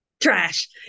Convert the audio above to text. trash